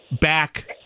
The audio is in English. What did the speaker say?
back